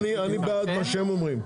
אני בעד מה שהם אומרים,